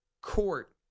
court